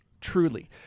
truly